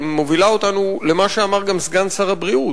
מובילה אותנו למה שאמר גם סגן שר הבריאות.